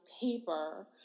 paper